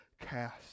cast